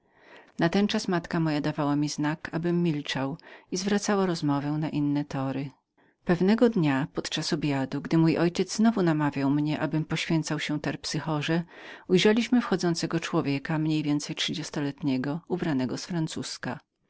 natenczas matka moja dawała mi znak abym milczał i zwracała rozmowę inną koleją pewnego dnia siedząc przy stole gdy mój ojciec znowu namawiał mnie abym poświęcał się terpsychorze ujrzeliśmy wchodzącego człowieka około trzydziestu lat ubranego z francuzka